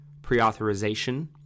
preauthorization